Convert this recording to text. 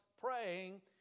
praying